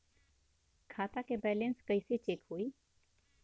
खता के बैलेंस कइसे चेक होई?